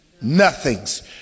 nothings